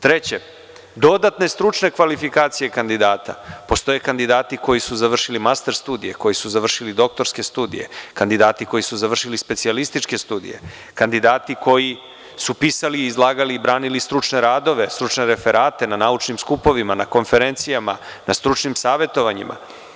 Treće, dodatne stručne kvalifikacije kandidata, jer postoje kandidati koji su završili master studije, doktorske studije, kandidati koji su završili specijalističke studije, kandidati koji su pisali, izlagali i branili stručne radove, stručne referate na naučnim skupovima, na konferencijama, na stručnim savetovanjima.